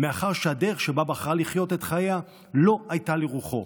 מאחר שהדרך שבה בחרה לחיות את חייה לא הייתה לרוחו.